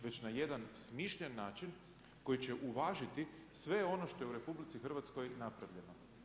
Već na jedan smišljen način koji će uvažiti sve ono što je u RH napravljeno.